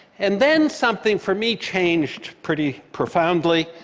and then something for me changed pretty profoundly.